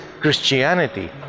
christianity